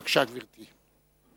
בבקשה, גברתי.